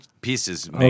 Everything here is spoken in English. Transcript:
pieces